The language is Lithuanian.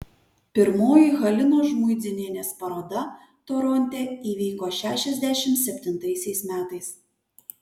pirmoji halinos žmuidzinienės paroda toronte įvyko šešiasdešimt septintaisiais metais